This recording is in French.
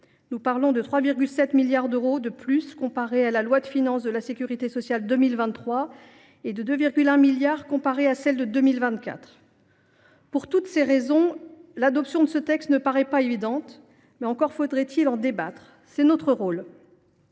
Nous parlons là de 3,7 milliards d’euros de plus par rapport à la loi de financement de la sécurité sociale pour 2023 et de 2,1 milliards d’euros par rapport à celle pour 2024. Pour toutes ces raisons, l’adoption de ce texte ne paraît pas évidente, mais encore faut il en débattre. C’est notre rôle